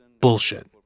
bullshit